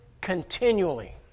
continually